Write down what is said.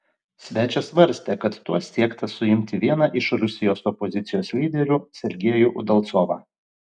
svečias svarstė kad tuo siekta suimti vieną iš rusijos opozicijos lyderių sergejų udalcovą